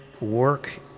work